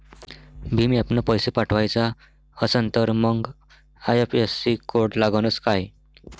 भीम ॲपनं पैसे पाठवायचा असन तर मंग आय.एफ.एस.सी कोड लागनच काय?